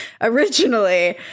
Originally